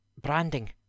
branding